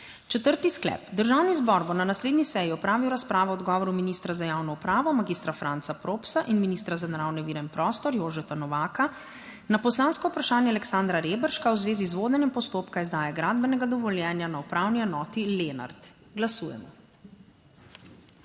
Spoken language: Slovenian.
Četrti sklep: Državni zbor bo na naslednji seji opravil razpravo o odgovoru ministra za javno upravo, magistra Franca Propsa in ministra za naravne vire in prostor Jožeta Novaka na poslansko vprašanje Aleksandra Reberška v zvezi z vodenjem postopka izdaje gradbenega dovoljenja na Upravni enoti Lenart. Glasujemo.